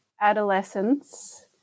adolescence